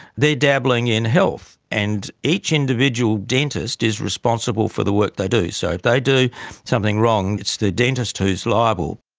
dabbling in health, and each individual dentist is responsible for the work they do. so if they do something wrong, it's the dentist who is liable.